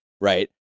Right